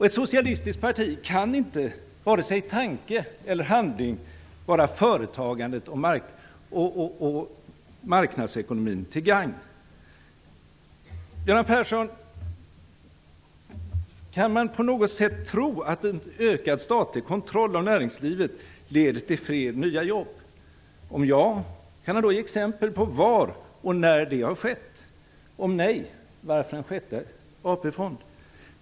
Ett socialistiskt parti kan inte, vare sig i tanke eller handling, vara företagandet och marknadsekonomin till gagn. Göran Persson, kan man på något sätt tro att en ökad statlig kontroll av näringslivet leder till fler nya jobb? Om svaret är ja, kan han då ge exempel på var och när det har skett. Om svaret är nej, varför en sjätte AP-fond?